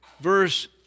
verse